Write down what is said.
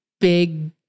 big